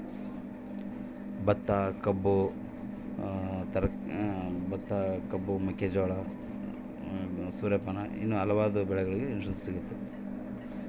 ಯಾವ ಯಾವ ಬೆಳೆಗೆ ಇನ್ಸುರೆನ್ಸ್ ಬರುತ್ತೆ?